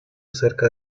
cerca